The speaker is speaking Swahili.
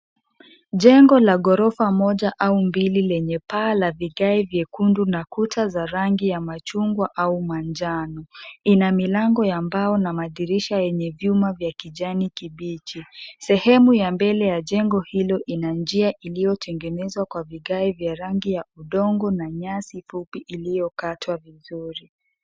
Jengo la ghorofa moja au mbili lenye paa la vigae viekundu na kuta za rangi ya machungwa au manjano. Ina milango ya mbao na madirisha yenye vyuma vya kijani kibichi. Sehemu ya mbele ya jengo hilo ina njia iliyotengenezwa kwa vigae vya rangi ya udongo na nyasi fupi iliyokatwa vizuri.